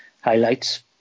highlights